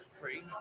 free